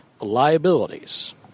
liabilities